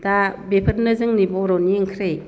दा बेफोरनो जोंनि बर'नि ओंख्रि